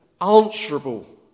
answerable